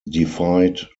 defied